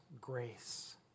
grace